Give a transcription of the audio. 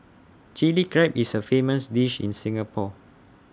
Chilli Crab is A famous dish in Singapore